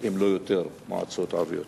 אם לא יותר, הן מועצות ערביות.